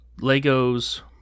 lego's